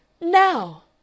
Now